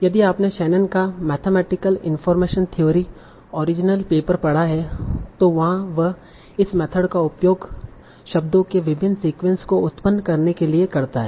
यदि आपने शैनन का mathematical information theory original paper पढ़ा है तो वहाँ वह इस मेथड का उपयोग शब्दों के विभिन्न सीक्वेंस को उत्पन्न करने के लिए करता है